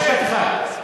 משפט אחד.